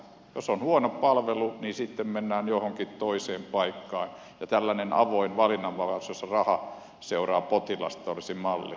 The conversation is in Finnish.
jos on huono palvelu niin sitten mennään johonkin toiseen paikkaan ja tällainen avoin valinnanvapaus jossa raha seuraa potilasta olisi malli